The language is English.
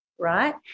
right